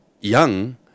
young